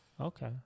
Okay